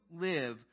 live